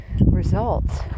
results